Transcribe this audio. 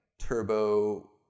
turbo